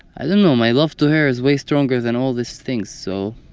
i don't know, my love to her is way stronger than all this things, so